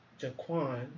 Jaquan